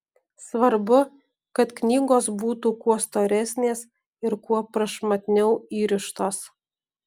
svarbu kad knygos būtų kuo storesnės ir kuo prašmatniau įrištos